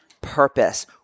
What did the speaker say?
purpose